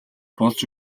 болж